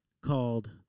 called